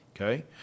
Okay